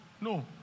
No